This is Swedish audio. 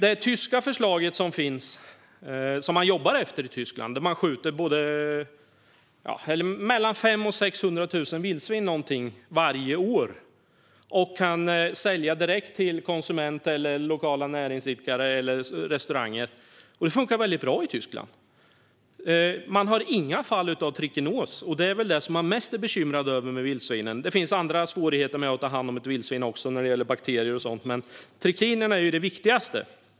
I Tyskland jobbar man efter en modell där man skjuter någonstans mellan 500 000 och 600 000 vildsvin varje år som man sedan kan sälja direkt till konsument, lokala näringsidkare eller restauranger. Det funkar väldigt bra i Tyskland. De har inga fall av trikinos, och det är väl det man är mest bekymrad över med vildsvinen. Det finns andra svårigheter med att ta hand om ett vildsvin, bakterier och sådant, men trikinerna är det viktigaste.